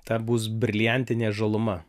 ta bus briliantinė žaluma